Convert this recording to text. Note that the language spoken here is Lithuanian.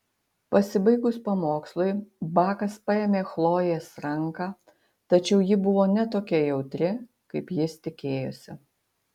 pasibaigus pamokslui bakas paėmė chlojės ranką tačiau ji buvo ne tokia jautri kaip jis tikėjosi